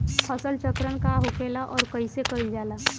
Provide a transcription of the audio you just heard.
फसल चक्रण का होखेला और कईसे कईल जाला?